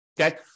okay